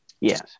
Yes